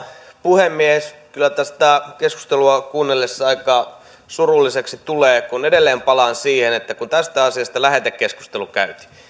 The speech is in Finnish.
puhemies kyllä tätä keskustelua kuunnellessa aika surulliseksi tulee edelleen palaan siihen että kun tästä asiasta lähetekeskustelu käytiin